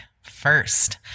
first